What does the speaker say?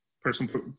personal